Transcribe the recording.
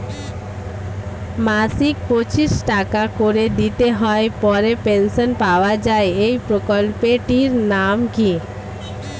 মাসিক পঁচিশ টাকা করে দিতে হয় পরে পেনশন পাওয়া যায় এই প্রকল্পে টির নাম কি?